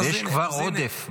יש כבר עודף בגולני,